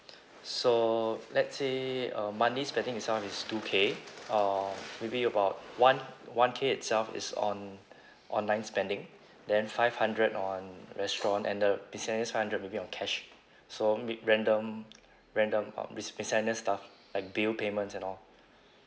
so let's say uh monthly spending itself is two K uh maybe about one one K itself is on online spending then five hundred on restaurant and the miscellaneous five hundred maybe on cash so ma~ random random um mis~ miscellaneous stuff like bill payments and all